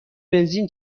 بنزین